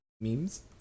memes